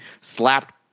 slapped